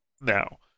now